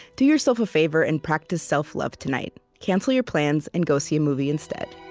do yourself a favor and practice self love tonight cancel your plans and go see a movie instead